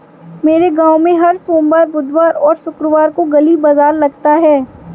मेरे गांव में हर सोमवार बुधवार और शुक्रवार को गली बाजार लगता है